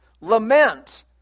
Lament